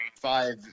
five